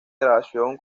grabación